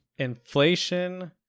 Inflation